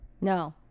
No